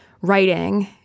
writing